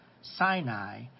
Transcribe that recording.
Sinai